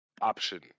option